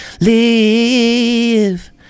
Live